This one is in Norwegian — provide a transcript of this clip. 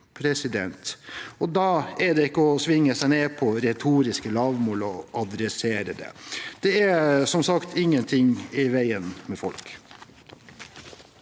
og da er det ikke å svinge seg ned på retorisk lavmål å ta tak i det. Det er som sagt ingen ting i veien med folk.